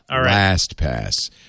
LastPass